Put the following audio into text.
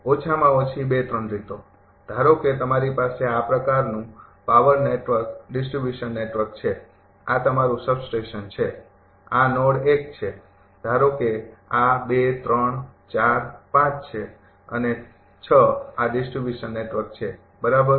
ઓછામાં ઓછી ૨૩ રીતો ધારો કે તમારી પાસે આ પ્રકારનું પાવર નેટવર્ક ડિસ્ટ્રિબ્યુશન નેટવર્ક છે આ તમારું સબસ્ટેશન છે આ નોડ ૧ છે ધારો કે આ ૨ ૩ ૪ ૫ છે અને ૬ આ ડિસ્ટ્રિબ્યુશન નેટવર્ક છે બરાબર